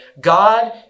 God